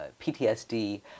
PTSD